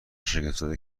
شگفتزده